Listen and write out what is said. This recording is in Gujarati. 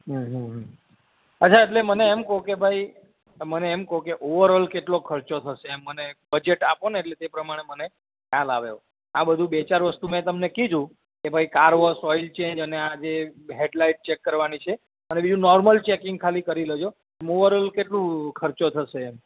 હમ્મ હમ્મ અછાં એટલે મને એમ કો કે ભાઈ મને એમ કો કે ઓવર ઓલ કેટલો ખર્ચો થશે એમ મને બજેટ આપો ને એટલે તે પ્રમાણે મને ખ્યાલ આવે આ બધું બે ચાર વસ્તુ મેં તમને કીધું કે ભાઈ કાર વોશ ઓઈલ ચેંજ અને આ જે હેડલાઈટ ચેક કરવાની છે અને બીજું નોર્મલ ચેકિંગ ખાલી કરી લેજો ઓવર ઓલ કેટલું ખર્ચો થશે એમ